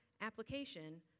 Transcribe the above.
Application